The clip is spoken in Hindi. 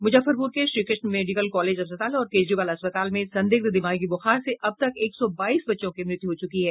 मुजफ्फरपुर के श्रीकृष्ण मेडिकल कॉलेज अस्पताल और केजरीवाल अस्पताल में संदिग्ध दिमागी ब्रखार से अब तक एक सौ बाईस बच्चों की मृत्यू हो चूकी है